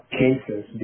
cases